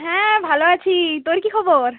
হ্যাঁ ভালো আছি তোর কী খবর